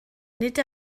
nid